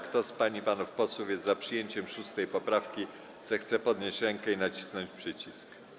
Kto z pań i panów posłów jest za przyjęciem 6. poprawki, zechce podnieść rękę i nacisnąć przycisk.